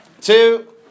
two